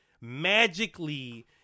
magically